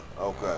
okay